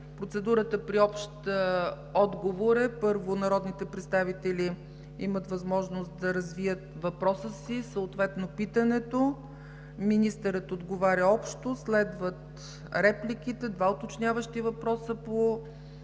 Процедурата при общ отговор е: Първо, народните представители имат възможност да развият въпроса си, съответно – питането. Министърът отговаря общо. Следват репликите, два уточняващи въпроса по